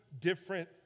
different